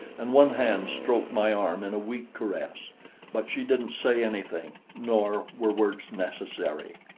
and one hand stroked my arm in a weak caress but she didn't say anything, nor were words necessary.